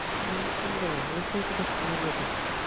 and just observe, listen to the sound of your breath.